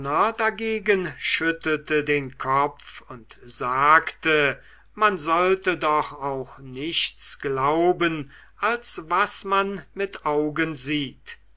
dagegen schüttelte den kopf und sagte man sollte doch auch nichts glauben als was man mit augen sieht